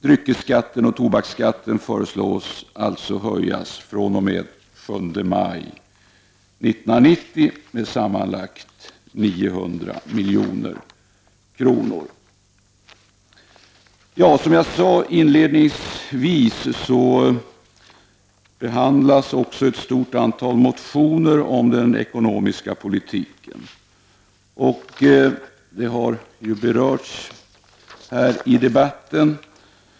Dryckesskatten och tobaksskatten föreslås alltså höjas fr.o.m. den 7 maj 1990 med sammanlagt 900 milj.kr. Som jag inledningsvis sade behandlas i betänkandet även ett stort antal motioner om den ekonomiska politiken. Detta har berörts tidigare i debatten.